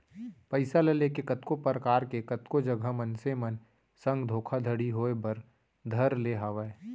पइसा ल लेके कतको परकार के कतको जघा मनसे मन संग धोखाघड़ी होय बर धर ले हावय